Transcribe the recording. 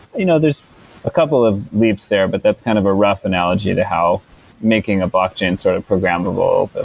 you know there's a couple of leaps there, but that's kind of a rough analogy to how making a blockchain sort of programmable,